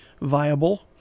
viable